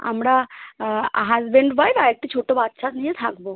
আমরা husband wife আর একটা ছোটো বাচ্চা নিয়ে থাকবো